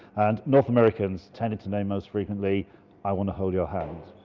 and north americans tended to name most frequently i wanna hold your hand.